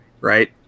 right